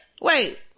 Wait